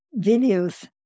videos